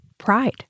pride